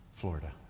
Florida